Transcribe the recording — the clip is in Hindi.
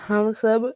हम सब